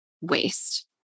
waste